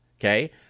okay